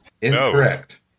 Incorrect